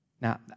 Now